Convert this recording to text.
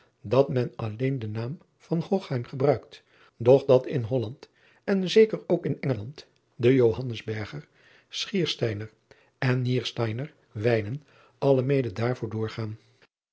dat men alleen den naam van ochheim gebruikt doch dat in olland en zeker ook in ngeland de ohannesberger chierstyner en ierstyner wijnen alle mede daarvoor doorgaan